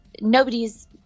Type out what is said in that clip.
nobody's